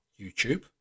YouTube